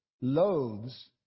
loathes